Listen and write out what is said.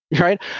right